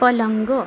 पलंग